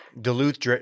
Duluth